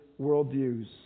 worldviews